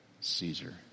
Caesar